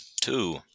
Two